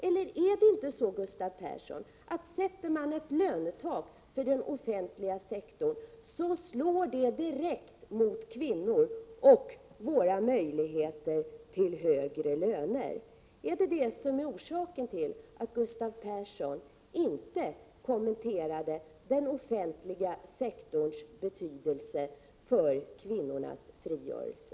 Är det inte så, Gustav Persson, att sätter man ett lönetak för den offentliga sektorn, så slår det direkt mot kvinnorna och våra möjligheter till högre löner? Var det orsaken till att Gustav Persson inte kommenterade den offentliga sektorns betydelse för kvinnornas frigörelse?